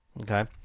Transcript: Okay